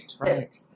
Right